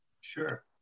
Sure